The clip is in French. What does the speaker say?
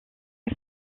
ces